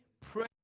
pray